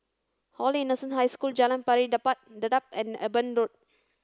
Holy Innocents' High School Jalan Pari Dedap and Eben Road